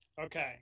Okay